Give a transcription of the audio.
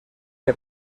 que